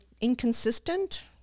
inconsistent